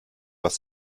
was